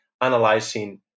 analyzing